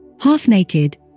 Half-naked